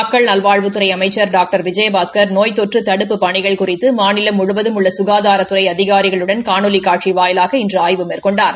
மக்கள் நல்வாழ்வுத்துறை அமைச்சர் டாக்டர் விஜயபாஸ்கள் நோய் தொற்று தடுப்புப் பணிகள் குறித்து மாநிலம் முழுவதும் உள்ள சுகாதாரத்துறை அதிகாரிகளுடன் காணொலி காட்சி வாயிலாக இன்று ஆய்வு மேற்கொண்டார்